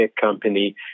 company